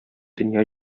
дөнья